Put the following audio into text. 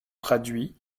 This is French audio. traduit